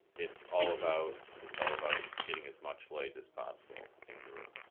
it's all about it's all about getting as much like as possible in the room.